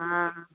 हा